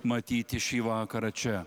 matyti šį vakarą čia